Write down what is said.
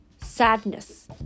sadness